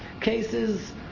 cases